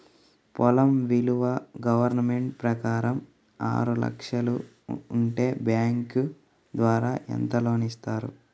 పొలం విలువ గవర్నమెంట్ ప్రకారం ఆరు లక్షలు ఉంటే బ్యాంకు ద్వారా ఎంత లోన్ ఇస్తారు?